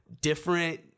different